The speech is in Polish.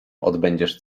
odbędziesz